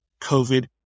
COVID